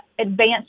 advanced